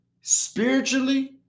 spiritually